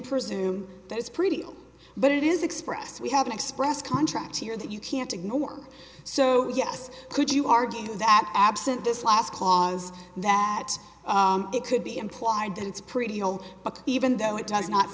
presume that it's pretty but it is expressed we have an express contract here that you can't ignore so yes could you argue that absent this last clause that it could be implied that it's pretty old but even though it does not